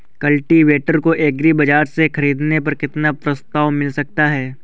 Cultivator को agri बाजार से ख़रीदने पर कितना प्रस्ताव मिल सकता है?